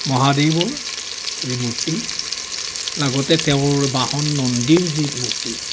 মহাদেৱৰ যি মূৰ্তি লগতে তেওঁৰ বাহন নন্দীৰ যি মূৰ্তি